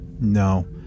No